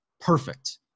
perfect